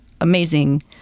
amazing